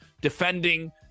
defending